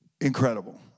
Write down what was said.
Incredible